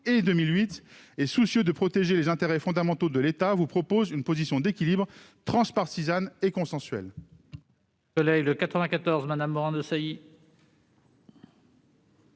mais aussi soucieux de protéger les intérêts fondamentaux de l'État. Il est le reflet d'une position d'équilibre transpartisane et consensuelle.